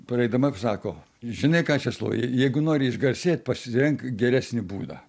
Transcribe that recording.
praeidama sako žinai ką česlovai jeigu nori išgarsėt pasirenk geresnį būdą